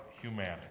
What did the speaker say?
humanity